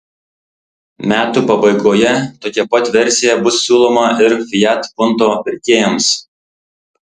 metų pabaigoje tokia pat versija bus siūloma ir fiat punto pirkėjams